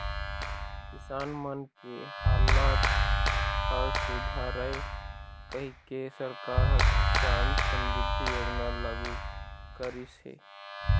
किसान मन के हालत ह सुधरय कहिके सरकार ह किसान समरिद्धि योजना लागू करिस हे